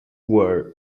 were